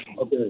Okay